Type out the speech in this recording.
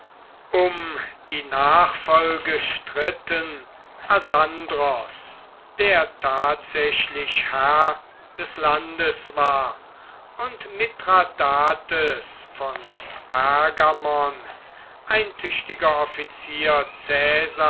um die nachfolge stritten asandros der tatsächlich herr des landes war und mithradates von pergamon ein tüchtiger offizier